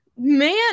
man